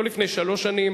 לא לפני שלוש שנים,